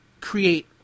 create